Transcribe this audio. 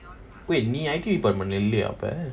wait நீ:ee I_T department lah இல்லயா அப்பே:illaya appe